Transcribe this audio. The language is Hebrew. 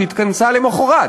וזו התכנסה למחרת,